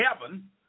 heaven